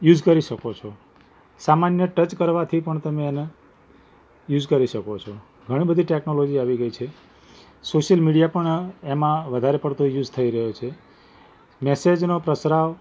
use કરી શકો છો સામાન્ય ટચ કરવાથી પણ તમે એને યુઝ કરી શકો છો ઘણી બધી ટૅકનોલોજી આવી ગઈ છે સોશિયલ મીડિયા પણ એમાં વધારે પડતો યુઝ થઇ રહ્યો છે મૅસેજનો પ્રસરાવ